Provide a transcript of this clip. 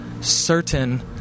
Certain